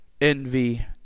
envy